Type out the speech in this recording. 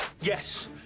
Yes